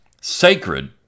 sacred